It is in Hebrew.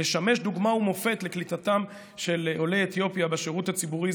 לשמש דוגמה ומופת לקליטתם של עולי אתיופיה בשירות הציבורי,